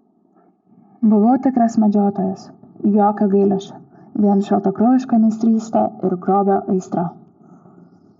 buvau tikras medžiotojas jokio gailesčio vien šaltakraujiška meistrystė ir grobio aistra